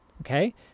okay